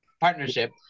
partnership